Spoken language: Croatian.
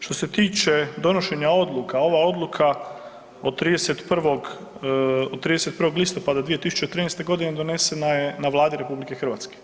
Što se tiče donošenja odluka ova odluka od 31. listopada 2013. godine donesena je na Vladi RH.